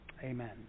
Amen